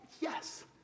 Yes